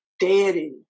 deity